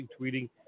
tweeting